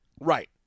Right